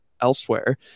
elsewhere